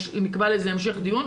אם נקבע לזה המשך דיון,